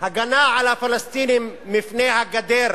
הגנה על הפלסטינים מפני הגדר,